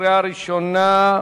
בקריאה ראשונה.